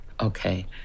Okay